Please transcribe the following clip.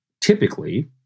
typically